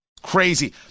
crazy